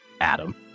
Adam